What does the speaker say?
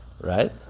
right